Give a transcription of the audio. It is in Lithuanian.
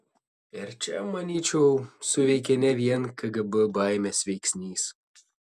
ir čia manyčiau suveikė ne vien kgb baimės veiksnys